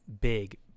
big